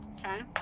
Okay